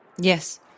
Yes